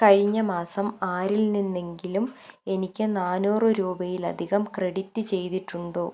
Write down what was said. കഴിഞ്ഞ മാസം ആരിൽ നിന്നെങ്കിലും എനിക്ക് നാനൂറ് രൂപയിൽ അധികം ക്രെഡിറ്റ് ചെയ്തിട്ടുണ്ടോ